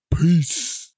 peace